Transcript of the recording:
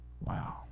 Wow